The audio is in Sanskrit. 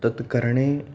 तत्करणे